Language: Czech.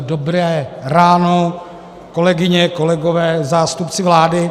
Dobré ráno, kolegyně, kolegové, zástupci vlády.